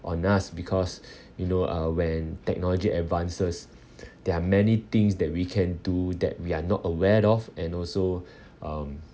on us because you know uh when technology advances there are many things that we can do that we're not aware of and also um